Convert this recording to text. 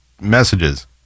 messages